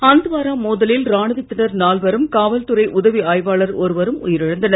ஹந்த்வாரா மோதலில் ராணுவத்தினர் நால்வரும் காவல்துறை உதவி ஆய்வாளர் ஒருவரும் உயிரிழந்தனர்